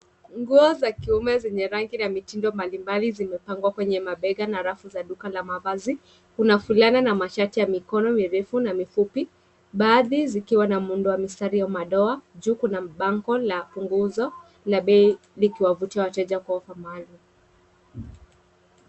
Nguo za kiume zenye rangi za mitindo mbalimbali zimepangwa kwenye mabega na rafu za duka la mavazi. Kuna fulana na mashati ya mikono mirefu na mifupi baadhi zikiwa na muundo wa mistari ya madoa. Juu kuna bango la nguzo la bei likiwavutia wateja kwa umbali.